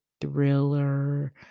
thriller